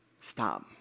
stop